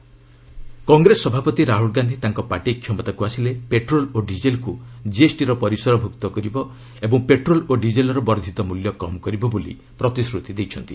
ରାହ୍ନଲ Gandhi Congress ସଭାପତି ରାହ୍ରଲ ଗାନ୍ଧି ତାଙ୍କ party କ୍ଷମତାକୁ ଆସିଲେ ପେଟ୍ରୋଲ ଓ ଡିକେଲ୍କୁ ଜିଏସ୍ଟିର ପରିସରଭୁକ୍ତ କରିବ ଓ ପେଟ୍ରୋଲ ଓ ଡିଜେଲ୍ର ବର୍ଦ୍ଧିତ ମୂଲ୍ୟ କମ୍ କରିବ ବୋଲି ପ୍ରତିଶ୍ରତି ଦେଇଛନ୍ତି